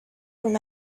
from